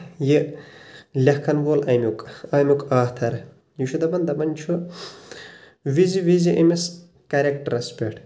یہِ لیٚکھان وول امیُک امیُک آتھر یہِ چھُ دپان دپان چھُ وزِ وزِ أمِس کریٚکٹرس پٮ۪ٹھ